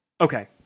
Okay